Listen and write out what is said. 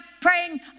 praying